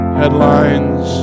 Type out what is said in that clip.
headlines